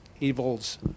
evils